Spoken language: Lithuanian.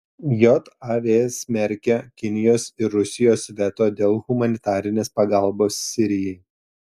jav smerkia kinijos ir rusijos veto dėl humanitarinės pagalbos sirijai